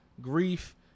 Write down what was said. grief